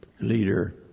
leader